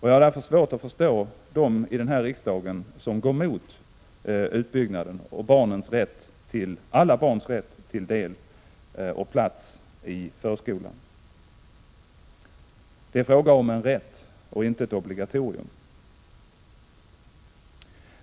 Jag har därför svårt att förstå dem i riksdagen som går emot utbyggnaden och alla barns rätt till platsi förskolan. Det är fråga om en rätt och inte ett obligatorium.